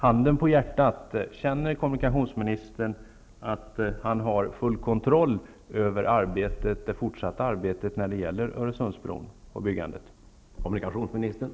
Handen på hjärtat -- känner kommunikationsministern att han har full kontroll över det fortsatta arbetet när det gäller byggandet av Öresundsbron?